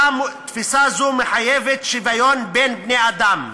תפיסה זו מחייבת שוויון בני-אדם.